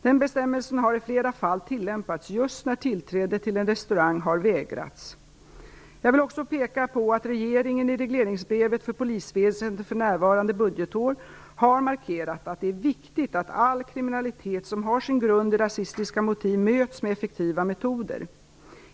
Den bestämmelsen har i flera fall tillämpats just när tillträde till en restaurang har vägrats. Jag vill också peka på att regeringen i regleringsbrevet för polisväsendet för nuvarande budgetår har markerat att det är viktigt att all kriminalitet som har sin grund i rasistiska motiv möts med effektiva metoder.